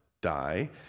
die